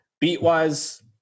beat-wise